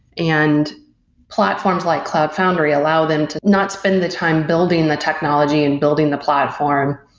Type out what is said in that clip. and platforms like cloud foundry allow them to not spend the time building the technology in building the platform,